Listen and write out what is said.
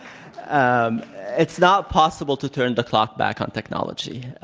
um it's not possible to turn the clock back on technology.